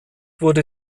wurde